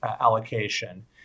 allocation